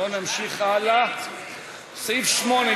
סעיף 8,